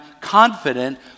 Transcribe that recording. confident